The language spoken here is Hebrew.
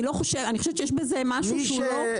אני חושבת שיש בזה משהו שהוא לא מידתי והוא גם זר.